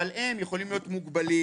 אבל הם יכולים להית מוגבלים.